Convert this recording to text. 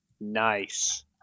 Nice